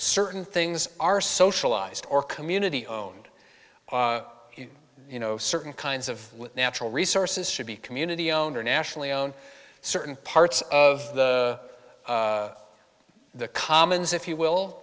certain things are socialized or community owned you know certain kinds of natural resources should be community own or nationally own certain parts of the the commons if you will